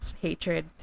hatred